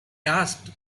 asked